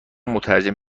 مترجم